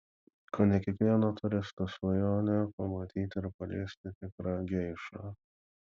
kone kiekvieno turisto svajonė pamatyti ir paliesti tikrą geišą